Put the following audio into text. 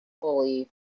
fully